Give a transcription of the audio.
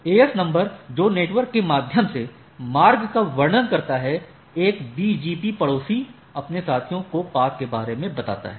AS number जो network के माध्यम से मार्ग का वर्णन करता है एक BGP पड़ोसी अपने साथियों को पाथ के बारे में बताता है